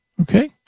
Okay